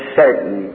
certain